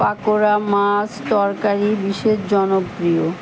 পাকোড়া মাছ তরকারি বিশেষ জনপ্রিয়